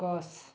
গছ